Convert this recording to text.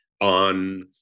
on